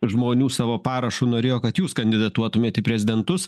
žmonių savo parašu norėjo kad jūs kandidatuotumėt į prezidentus